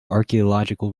archaeological